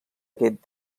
aquest